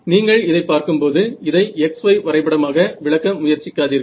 நீங்கள் இதைப் பார்க்கும்போது இதை xy வரைபடமாக விளக்க முயற்சிக்காதீர்கள்